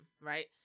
right